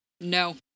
no